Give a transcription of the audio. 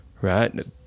right